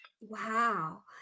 Wow